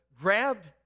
grabbed